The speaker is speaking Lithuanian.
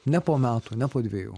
ne po metų ne po dvejų